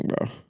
bro